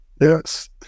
Yes